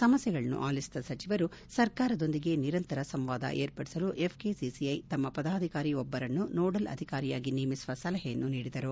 ಸಮಸ್ಥೆಗಳನ್ನು ಆಲಿಸಿದ ಸಚಿವರು ಸರ್ಕಾರದೊಂದಿಗೆ ನಿರಂತರ ಸಂವಾದ ಏರ್ಪಡಿಸಲು ಎಫ್ಕೆಸಿಐ ತಮ್ಮ ಪದಾಧಿಕಾರಿ ಒಬ್ಲರನ್ನು ನೋಡಲ್ ಅಧಿಕಾರಿಯಾಗಿ ನೇಮಿಸುವ ಸಲಹೆಯನ್ನು ನೀಡಿದರು